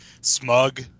smug